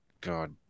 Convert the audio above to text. God